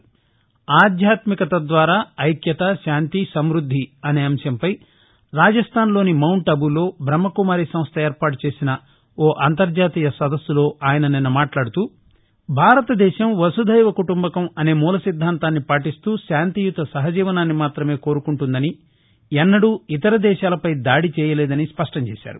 ఆధ్యాత్మికత ద్వారా ఐక్యత శాంతి సమృద్ది అనే అంశంపై రాజస్తాన్ లోని మౌంట్ అబూలో బ్రహ్మకుమారి సంస్థ ఏర్పాటు చేసిన ఓ అంతర్జాతీయ సదస్సులో ఆయన నిన్న మాట్లాడుతూ భారతదేశం వసుదైవ కుటుంబకం అనే మూల సిధ్దాంతాన్ని పాటిస్తూ శాంతియుత సహజీవనాన్ని మాత్రమే కోరుకుంటుందని ఎన్నడూ ఇతర దేశాలపై దాడి చేయలేదని స్పష్టం చేశారు